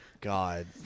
God